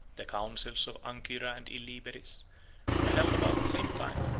the councils of ancyra and illiberis were held about the same time,